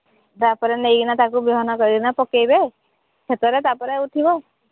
ତାପରେ ନେଇ କିନା ତାକୁ ବିହନ କରି କିନା ପକେଇବେ ସେତେବଳେ ତାପରେ ଉଠିବ